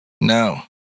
No